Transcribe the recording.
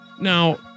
Now